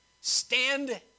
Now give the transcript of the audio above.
stand